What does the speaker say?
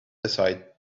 aside